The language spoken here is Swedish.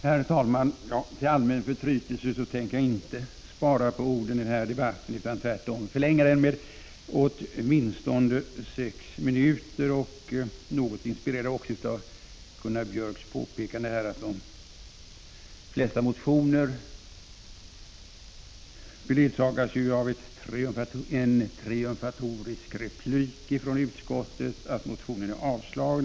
Herr talman! Till allmän förtrytelse tänker jag inte spara på orden i den här debatten utan tvärtom förlänga den med åtminstone sex minuter. Något inspirerad är jag av Gunnar Biörcks i Värmdö påpekande om att de flesta motioner beledsagas av en triumfatorisk replik från utskottet, att motionen är avslagen.